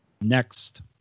Next